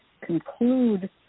conclude